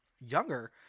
younger